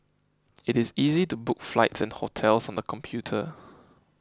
it is easy to book flights and hotels on the computer